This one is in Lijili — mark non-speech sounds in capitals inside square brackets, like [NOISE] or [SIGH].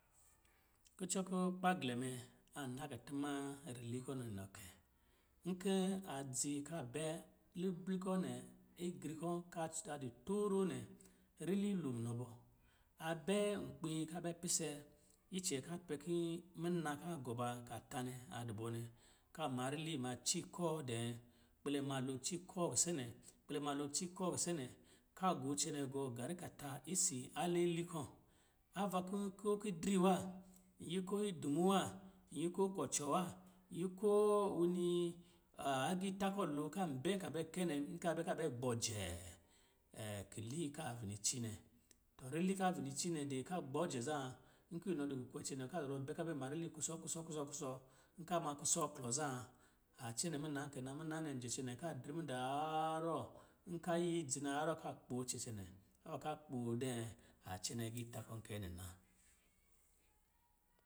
Kucɔ kɔ̌ kpagblɛmɛ a na kutuma rili kɔ̀ nɔ kɛ, nkɔ̂ adzi ka bɛ ribli kɔ̂ nɛ, igri kɔ̂ ka a di tɔrɔ nɛ, rili lo munɔ bɔ. A bɛ nkpî ka a bɛ pise icɛ ka pɛ kin muna kan gɔ ba ka tâ nɛ a dɔ bɔ nɛ, ka ma rili ma ci kɔɔ dɛɛ kpɛlɛ ma lo ci kɔɔ kisɛnɛ, ka gɔ icɛnɛ gɔ garikata isi aliili kɔ̂. Ava kɔ̂ ko kidri wa, nyi ko idumi wa, nyi ko kɔcɔɔ wa, nyi ko wini agitâ kɔ̀ lo kan bɛ ka bɛ kɛ nɛ ka bɛ ka gbɔ jɛ [HESITATION] kili ka bini ci nɛ. Tɔrili ka bini ci nɛ, dɛɛ ka gbɔ jɛ zan, nkɔ̌ nɔ di kukwe cɛnɛ ka zɔrɔ bɛ ka bɛ ma rili kusɔ kusɔ kusɔ kusɔ, nka ma kusɔ klɔ zan, a cɛnɛ muna kɛ na, muna nɛ jɛ cɛnɛ ka dri muda harrɔ, nka iya idzi na harrɔ ka gbo ci cɛnɛ. Ava ka gbo [UNINTELLIGIBLE] a cɛnɛ agitǎ kɔ̌ kɛɛ nɛ na.